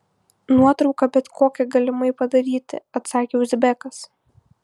nuotrauką bet kokią galimai padaryti atsakė uzbekas